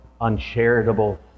uncharitable